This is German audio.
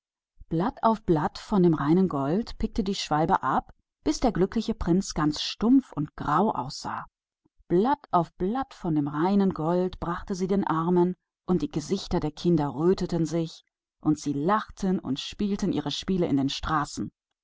blatt um blatt des feinen goldes pickte ihm der vogel ab bis der glückliche prinz ganz grau und düster aussah blatt um blatt des feinen goldes brachte er zu den armen und die gesichter der kinder wurden rosiger und sie lachten und spielten ihre spiele in den straßen